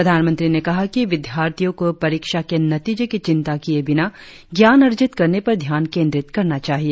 प्रधानमंत्री ने कहा कि विद्यार्थियों को परीक्षा के नतीजे की चिंता किये बिना ज्ञान अर्जित करने पर ध्यान केंद्रित करना चाहिए